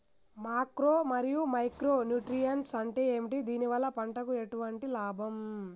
Macro మరియు micro nutrients అంటే ఏమిటి? దీనివల్ల పంటకు ఎటువంటి లాభం?